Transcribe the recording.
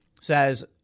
says